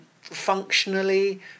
functionally